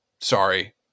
Sorry